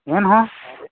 ᱮᱱᱦᱚᱸ